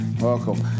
welcome